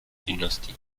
dynastie